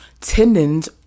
tendons